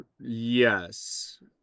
Yes